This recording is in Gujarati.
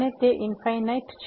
અને તે ઇન્ફાઈનાઈટ છે